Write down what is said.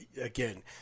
again